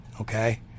Okay